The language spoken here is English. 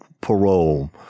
parole